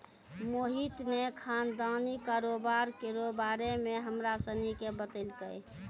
मोहित ने खानदानी कारोबार केरो बारे मे हमरा सनी के बतैलकै